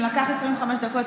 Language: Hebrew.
ואם זה לקח 25 דקות,